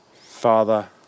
Father